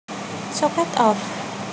socket off